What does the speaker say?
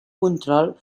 control